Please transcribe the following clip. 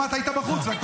אתה לא שמעת, היית בחוץ.